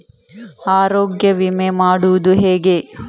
ಆರೋಗ್ಯ ವಿಮೆ ಮಾಡುವುದು ಹೇಗೆ?